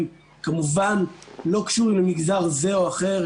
הם ,כמובן, לא קשורים למגזר זה או אחר.